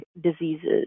diseases